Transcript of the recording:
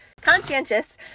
conscientious